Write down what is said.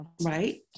Right